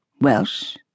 Welsh